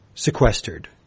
sequestered